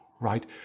right